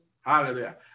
Hallelujah